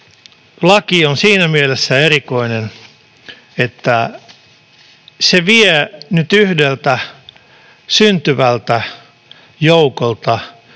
laki on siinä mielessä erikoinen, että se vie nyt yhdeltä syntyvältä joukolta